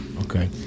okay